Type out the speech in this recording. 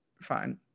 Fine